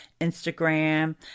Instagram